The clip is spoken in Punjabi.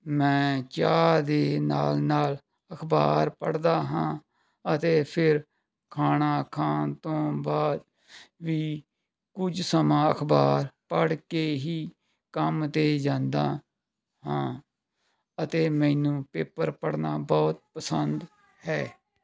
ਮੈਂ ਚਾਹ ਦੇ ਨਾਲ ਨਾਲ ਅਖਬਾਰ ਪੜ੍ਹਦਾ ਹਾਂ ਅਤੇ ਫਿਰ ਖਾਣਾ ਖਾਣ ਤੋਂ ਬਾਅਦ ਵੀ ਕੁਝ ਸਮਾਂ ਅਖਬਾਰ ਪੜ੍ਹ ਕੇ ਹੀ ਕੰਮ 'ਤੇ ਜਾਂਦਾ ਹਾਂ ਅਤੇ ਮੈਨੂੰ ਪੇਪਰ ਪੜ੍ਹਨਾ ਬਹੁਤ ਪਸੰਦ ਹੈ